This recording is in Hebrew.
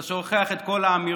אתה שוכח את כל האמירות,